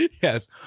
Yes